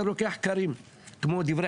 פעם ראשונה הם יהיו בבית.